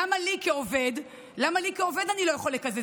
למה לי כעובד אני לא יכול לקזז?